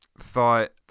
thought